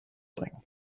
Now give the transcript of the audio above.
bringen